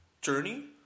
journey